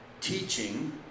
teaching